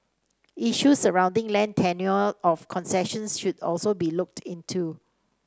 issues surrounding land tenure of concessions should also be looked into